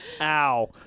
Ow